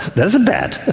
that's bad.